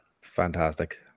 Fantastic